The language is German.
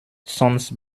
sonst